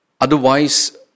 Otherwise